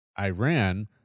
Iran